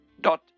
dot